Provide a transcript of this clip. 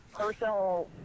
personal